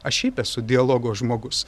aš šiaip esu dialogo žmogus